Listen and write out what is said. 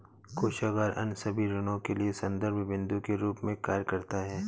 कोषागार अन्य सभी ऋणों के लिए संदर्भ बिन्दु के रूप में कार्य करता है